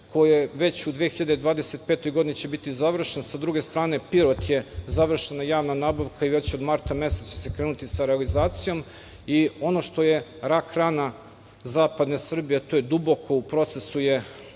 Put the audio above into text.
koji će već u 2025. godini biti završen, a sa druge strane Pirot je završena javna nabavka i već od marta meseca će se krenuti sa realizacijom i ono što je rak rana zapadne Srbije, a to je duboko u procesu,